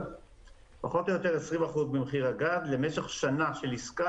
פחות או יותר 20% ממחיר הגז למשך שנה של עסקה,